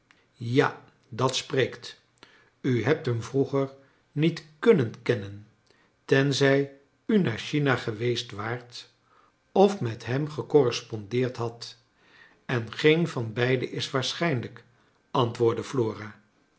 ja dat spreekt u hebt hem vroeger niet kunnen kennen tenzij u naar china geweest waart of met hem gecorrespondeerd hadt en geen van beide is waarschijnlrjk antwoordde